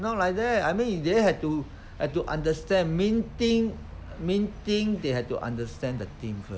not like that I mean if they have to have to understand main thing main thing they have to understand the thing first